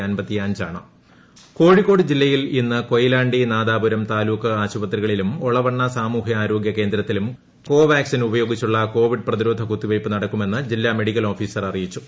Kozhikode vaccine Kozhikode ജില്ലയിൽ ഇന്ന് കൊയിലാണ്ടി നാദാപുരം താലൂക്ക് ആശുപത്രികളിലും ഒളവണ്ണ സാമൂഹികാരോഗ്യ കേന്ദ്രത്തിലും കോവാക്സിൻ ഉപയോഗിച്ചുള്ള കോവിഡ് പ്രതിരോധ കുത്തിവയ്പ്പ് നടക്കുമെന്ന് ജില്ലാ മെഡിക്കൽ ഓഫീസർ അറിയിച്ചു